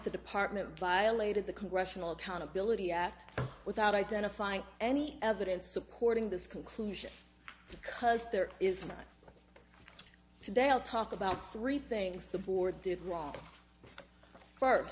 the department by late at the congressional accountability act without identifying any evidence supporting this conclusion because there is much today i'll talk about three things the board did wrong first